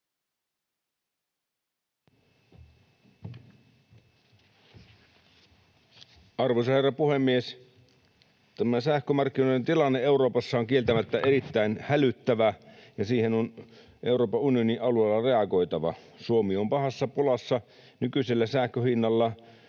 Arvoisa herra puhemies! Tämä sähkömarkkinoiden tilanne Euroopassa on kieltämättä erittäin hälyttävä, ja siihen on Euroopan unionin alueella reagoitava. Suomi on pahassa pulassa. Nykyisellä sähkön hinnalla